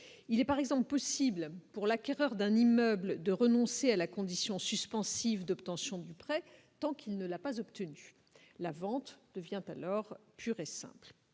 il est par exemple possible pour l'acquéreur d'un immeuble de renoncer à la condition suspensive d'obtention du prêt tant qu'il ne l'a pas obtenu la vente devient alors pu récente,